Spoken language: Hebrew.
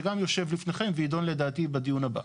שגם יושב לפניכם ויידון לדעתי בדיון הבא.